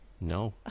No